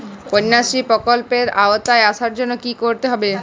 কন্যাশ্রী প্রকল্পের আওতায় আসার জন্য কী করতে হবে?